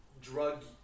drug